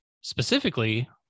specifically